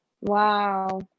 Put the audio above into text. wow